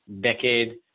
decade